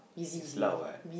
is loud what